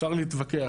אפשר להתווכח.